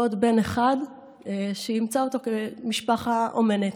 ועוד בן אחד היא אימצה כמשפחה אומנת.